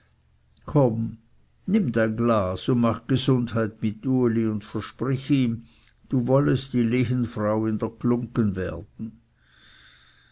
komm nimm dein glas und mach gesundheit mit uli und versprich ihm du wollest die lehenfrau in der glunggen werden